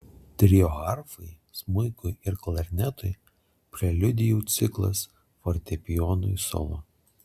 trio arfai smuikui ir klarnetui preliudijų ciklas fortepijonui solo